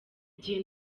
gihe